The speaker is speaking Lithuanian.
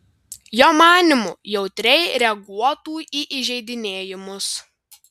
jo manymu jautriai reaguotų į įžeidinėjimus